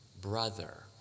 brother